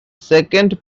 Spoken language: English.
second